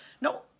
No